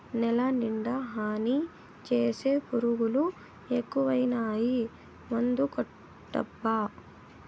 నేలనిండా హాని చేసే పురుగులు ఎక్కువైనాయి మందుకొట్టబ్బా